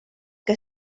que